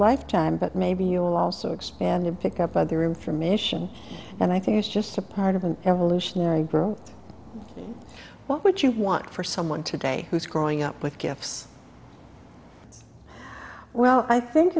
lifetime but maybe you will also expanded pick up by the room for mission and i think it's just a part of an evolutionary group what would you want for someone today who's growing up with gifts well i think